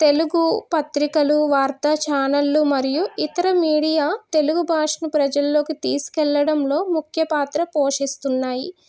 తెలుగు పత్రికలు వార్తా ఛానళ్ళు మరియు ఇతర మీడియా తెలుగు భాషను ప్రజలలోకి తీసుకు వెళ్ళడంలో ముఖ్య పాత్ర పోషిస్తున్నాయి